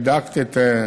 בדקת את,